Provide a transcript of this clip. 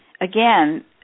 again